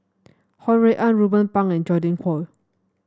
Ho Rui An Ruben Pang and Godwin Koay